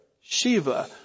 Shiva